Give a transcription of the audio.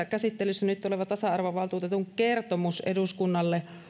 käsittelyssä nyt oleva tasa arvovaltuutetun kertomus eduskunnalle